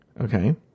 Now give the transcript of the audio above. okay